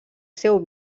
seu